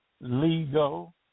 legal